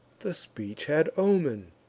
the speech had omen,